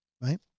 right